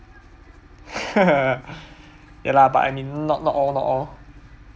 ya lah but I mean not not all not all